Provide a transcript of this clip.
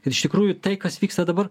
ir iš tikrųjų tai kas vyksta dabar